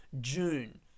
June